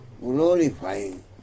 glorifying